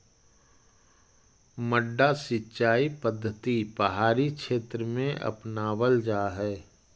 मड्डा सिंचाई पद्धति पहाड़ी क्षेत्र में अपनावल जा हइ